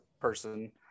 person